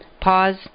pause